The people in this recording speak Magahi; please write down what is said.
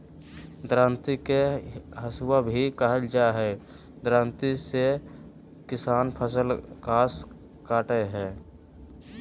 दरांती के हसुआ भी कहल जा हई, दरांती से किसान फसल, घास काटय हई